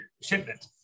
shipment